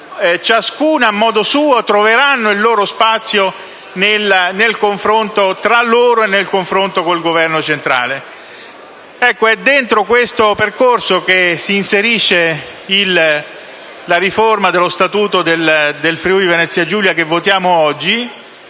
ciascuna a modo suo, troveranno il loro spazio nel confronto tra loro e nel confronto con il Governo centrale. Ecco, è dentro questo percorso che si inserisce la riforma dello Statuto del Friuli-Venezia Giulia che votiamo oggi,